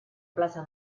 plaça